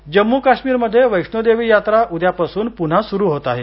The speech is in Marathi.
यात्रा जम्मू काश्मीरमध्ये वैष्णोदेवी यात्रा उद्यापासून पुन्हा सुरू होत आहे